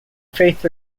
faith